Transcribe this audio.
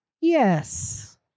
Yes